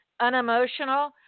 unemotional